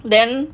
then